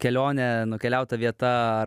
kelionė nukeliauta vieta ar